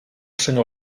senyor